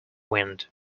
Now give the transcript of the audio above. wind